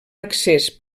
accés